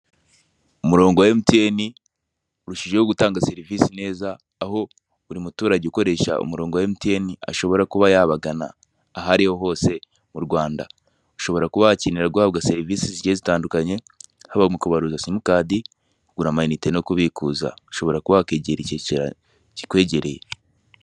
Umurongo wa mtn urushijeho gutanga serivisi neza, aho buri muturage ukoresha umurongo wa mtn ashobora kuba yabagana ahari hose mu Rwanda, ushobora kuba wakenera guhabwa serivisi zigiye zitandukanye: haba mu kubaruza simukadi, kugura amainite no kubikuza, ushobora kuba wakegera ikicaro kikwegereye.